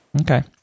Okay